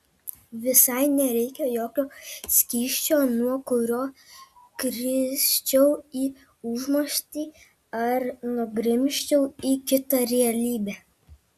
visai nereikia jokio skysčio nuo kurio krisčiau į užmarštį ar nugrimzčiau į kitą realybę